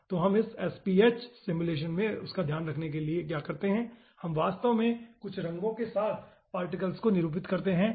तो हम इस SPH सिमुलेशन में उसका ध्यान रखने के लिए क्या करते हैं हम वास्तव में कुछ रंगों के साथ पार्टिकल्स को निरूपित करते हैं ठीक है